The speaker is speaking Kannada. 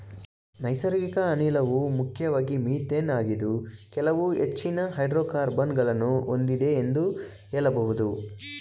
ನೈಸರ್ಗಿಕ ಅನಿಲವು ಮುಖ್ಯವಾಗಿ ಮಿಥೇನ್ ಆಗಿದ್ದು ಕೆಲವು ಹೆಚ್ಚಿನ ಹೈಡ್ರೋಕಾರ್ಬನ್ ಗಳನ್ನು ಹೊಂದಿದೆ ಎಂದು ಹೇಳಬಹುದು